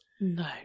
No